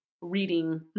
reading